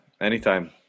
anytime